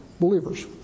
believers